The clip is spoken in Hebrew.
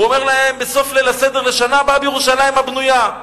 ואומר להם בסוף ליל הסדר: לשנה הבאה בירושלים הבנויה.